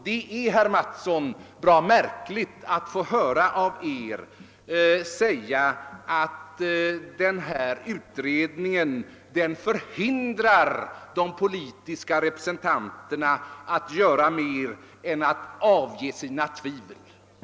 Det är bra märkligt, herr Mattsson, att få höra Er säga att den här utredningen förhindrar de politiska representanterna från att göra mer än att ange sina tvivel.